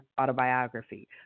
autobiography